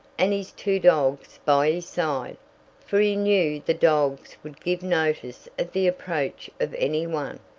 and his two dogs by his side for he knew the dogs would give notice of the approach of any one,